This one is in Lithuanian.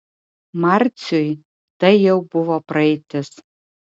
marciui tai jau buvo praeitis